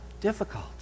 difficult